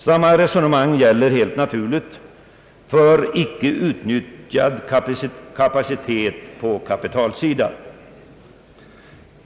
Samma resonemang gäller helt naturligt för icke utnyttjad kapacitet på kapitalsidan.